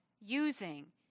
using